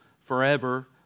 forever